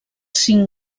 cinc